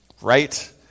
Right